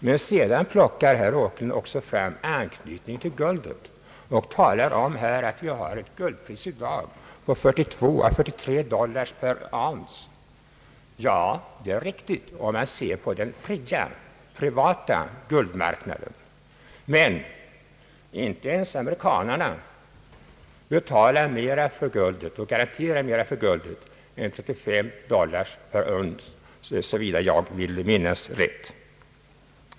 Men sedan plockar herr Åkerlund också fram anknytningen till guldet och talar om att vi i dag har ett guldpris av 42—43 dollars per ounce. Ja, det är riktigt om man ser på den fria, privata guldmarknaden. Men inte ens amerikanerna betalar eller garanterar mer för guldet än 35 dollars per ounce, såvida jag minns rätt.